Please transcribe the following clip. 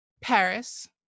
Paris